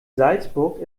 salzburg